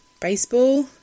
baseball